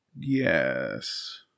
Yes